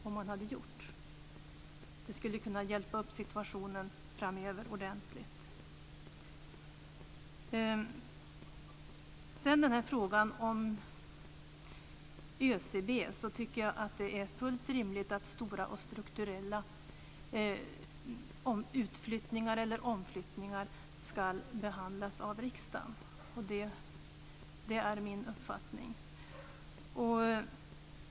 Situationen framöver skulle därmed ordentligt kunna hjälpas upp. I fråga om ÖCB tycker jag att det är fullt rimligt att stora och strukturella utflyttningar eller omflyttningar ska behandlas av riksdagen. Det är min uppfattning.